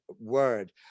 word